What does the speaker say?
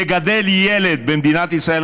לגדל ילד במדינת ישראל,